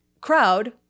crowd